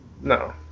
No